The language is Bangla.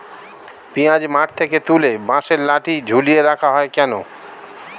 পিঁয়াজ মাঠ থেকে তুলে বাঁশের লাঠি ঝুলিয়ে রাখা হয় কেন?